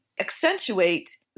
accentuate